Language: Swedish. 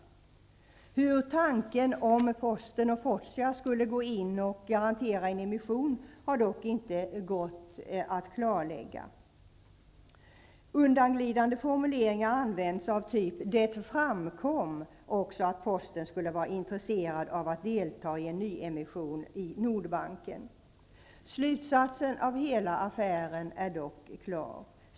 Det har inte gått att klarlägga tanken om hur posten och Fortia skulle kunna gå in och garantera en emission. Undanglidande formuleringar har använts, som t.ex. ''att det framkom att posten kunde vara intresserad av att delta i en nyemission i Nordbanken''. Slutsatsen av hela affären är dock klar.